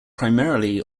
primarily